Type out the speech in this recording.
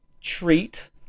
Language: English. treat